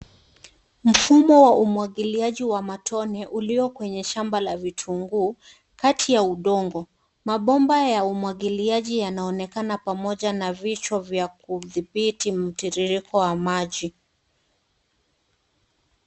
Mfumo wa umwagiliaji wa matone ulio kwenye shamba la vitunguu, kati ya udongo. Mabomba ya umwagiliaji yanaonekana pamoja na vichwa vya kudhibiti mtiririko wa maji.